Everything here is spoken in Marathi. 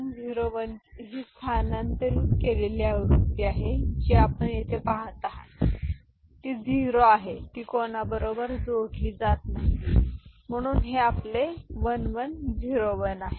तर ही 1 1 0 1 ही स्थानांतरित केलेली आवृत्ती आहे जी आपण येथे पाहत आहात ती 0 आहे आणि येथे ती कोणाबरोबर जोडली जात नाही म्हणून हे आपले 1 1 0 1 बरोबर आहे